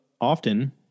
often